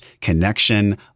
connection